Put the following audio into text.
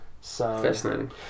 Fascinating